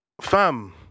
fam